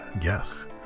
Yes